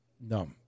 No